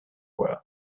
world